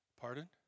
pardon